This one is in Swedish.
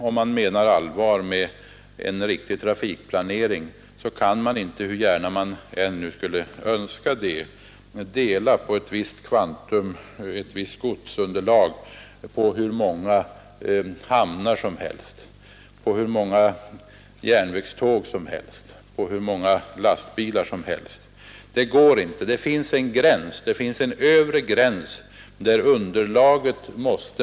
Om man menar allvar med en riktig trafikplanering kan man inte, hur gärna man än skulle önska det, dela upp ett visst godsunderlag på hur många hamnar som helst, på hur många järnvägståg som helst, på hur många lastbilar som helst. Det går inte; det finns en övre gräns.